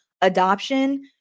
adoption